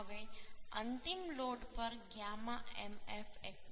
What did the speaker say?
હવે અંતિમ લોડ પર γ mf 1